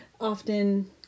often